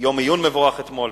יום עיון מבורך אתמול.